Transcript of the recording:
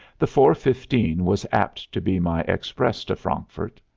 the four-fifteen was apt to be my express to frankfurt.